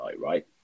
right